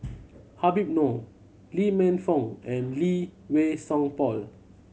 Habib Noh Lee Man Fong and Lee Wei Song Paul